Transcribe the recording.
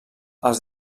els